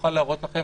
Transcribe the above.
אוכל להראות לכם